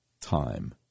time